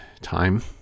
time